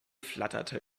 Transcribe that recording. flatterte